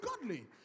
godly